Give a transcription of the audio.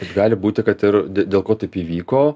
gali būti kad ir dėl ko taip įvyko